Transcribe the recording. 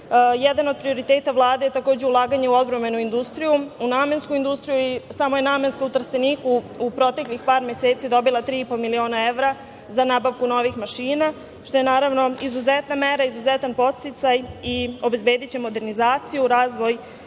od prioriteta Vlade je takođe ulaganje u odbrambenu industriju, u namensku industriju. Samo je namenska u Trsteniku, u proteklih par meseci, dobila 3,5 miliona evra za nabavku novih mašina, što je naravno izuzetna mera, izuzetan podsticaj i obezbediće modernizaciju i razvoj